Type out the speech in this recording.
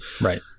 right